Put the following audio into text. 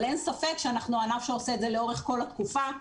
אבל אין ספק שאנחנו הענף שעושה את זה לאורך כל התקופה.